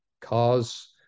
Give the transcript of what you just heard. cars